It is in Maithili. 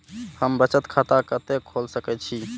हम बचत खाता कते खोल सके छी?